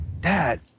Dad